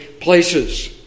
places